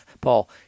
Paul